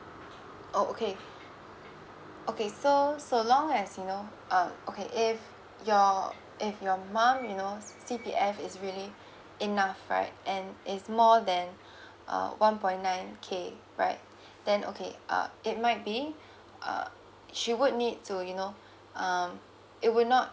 oh okay okay so so long as you know um okay if your if your mum you know C C_P_F is really enough right and it's more than uh one point nine K right then okay uh it might be uh she would need to you know um it will not